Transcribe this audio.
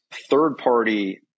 third-party